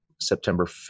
September